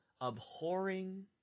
abhorring